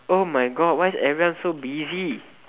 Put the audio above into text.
oh my god why is everyone so busy